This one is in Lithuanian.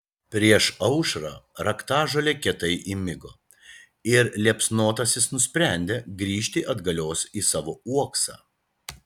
prieš aušrą raktažolė kietai įmigo ir liepsnotasis nusprendė grįžti atgalios į savo uoksą